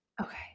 Okay